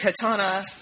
Katana